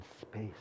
space